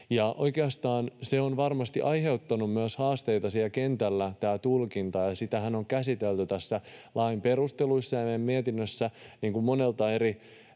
tulkinta on varmasti aiheuttanut myös haasteita siellä kentällä, ja sitähän on käsitelty näissä lain perusteluissa ja meidän mietinnössämme monelta eri